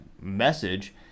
message